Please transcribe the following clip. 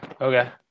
Okay